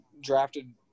drafted